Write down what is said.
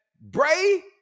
Bray